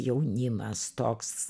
jaunimas toks